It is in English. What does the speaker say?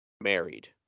married